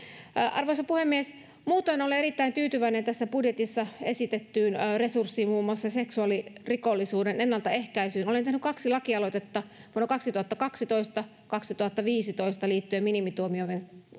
arvoisa puhemies muutoin olen erittäin tyytyväinen tässä budjetissa esitettyyn resurssiin muun muassa seksuaalirikollisuuden ennaltaehkäisyyn olen tehnyt kaksi lakialoitetta vuosina kaksituhattakaksitoista kaksituhattaviisitoista liittyen minimituomioiden